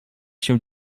się